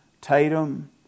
Tatum